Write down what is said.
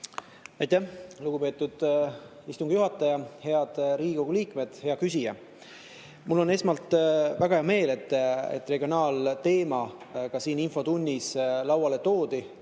Aitäh, lugupeetud istungi juhataja! Head Riigikogu liikmed! Hea küsija! Mul on esmalt väga hea meel, et regionaalteema ka infotunnis lauale toodi.